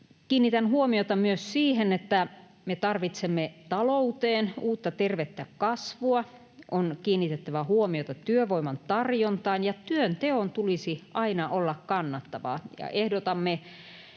Kiinnitän huomiota myös siihen, että me tarvitsemme talouteen uutta, tervettä kasvua. On kiinnitettävä huomiota työvoiman tarjontaan, ja työnteon tulisi aina olla kannattavaa. Ehdotamme